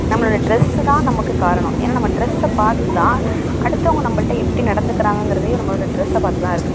நம்மளோட ட்ரெஸு தான் நமக்கு காரணம் ஏன்னா நம்ம ட்ரெஸ்ஸை பார்த்து தான் அடுத்தவங்க நம்மகிட்ட எப்படி நடந்துக்கிறாங்கங்குறதையும் நம்மளோட ட்ரெஸ்ஸை பார்த்து தான் இருக்கு